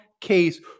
case